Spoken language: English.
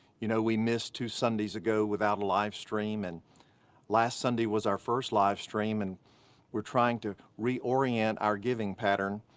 you know, we missed two sundays ago without a live stream, and last sunday was our first live stream, and we're trying to reorient our giving pattern.